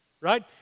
right